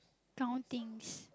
countings